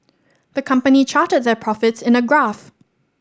the company charted their profits in a graph